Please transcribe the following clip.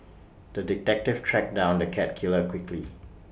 the detective tracked down the cat killer quickly